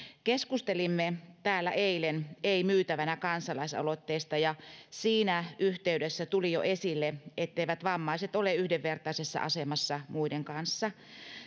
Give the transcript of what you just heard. keskustelimme täällä eilen ei myytävänä kansalaisaloitteesta ja siinä yhteydessä tuli jo esille etteivät vammaiset ole yhdenvertaisessa asemassa muiden kanssa